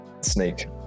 Snake